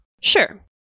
Sure